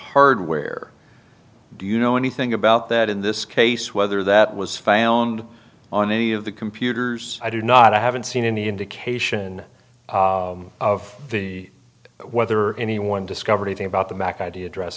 hardware do you know anything about that in this case whether that was found on any of the computers i do not i haven't seen any indication of the whether anyone discovered anything about the mac idea address